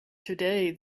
today